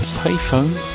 payphone